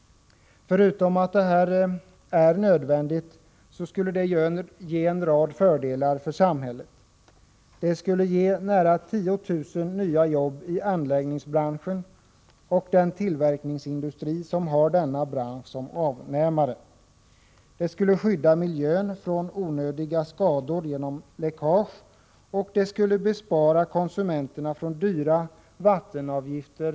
Förutom att det här är nödvändigt skulle det ge en rad fördelar för samhället. Det skulle ge nära 10 000 nya arbeten i anläggningsbranschen och den tillverkningsindustri som har denna bransch som avnämare. Det skulle skydda miljön från onödiga skador genom läckage, och det skulle bespara konsumenterna dyra vattenavgifter.